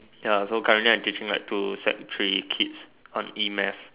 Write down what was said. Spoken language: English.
ya so currently I'm teaching like two sec three kids on E math